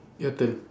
your turn